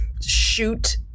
shoot